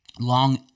long